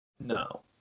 No